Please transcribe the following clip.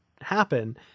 happen